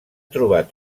trobat